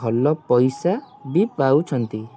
ଭଲ ପଇସା ବି ପାଉଛନ୍ତି